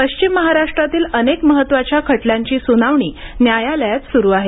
पश्चिम महाराष्ट्रातील अनेक महत्त्वाच्या खटल्यांची सुनावणी न्यायालयात सुरूआहे